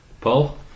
Paul